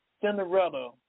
Cinderella